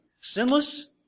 Sinless